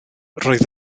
roedd